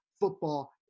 football